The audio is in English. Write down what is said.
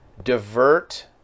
divert